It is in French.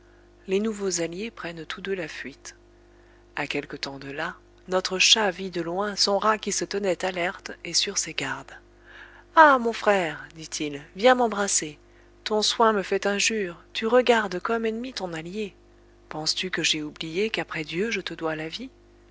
les nouveaux alliés prennent tous deux la fuite à quelque temps de là notre chat vit de loin son rat qui se tenait alerte et sur ses gardes ah mon frère dit-il viens m'embrasser ton soin me fait injure tu regardes comme ennemi ton allié penses-tu que j'aie oublié qu'après dieu je te dois la vie